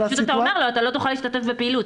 אתה אומר לו שהוא לא יוכל להשתתף בפעילות.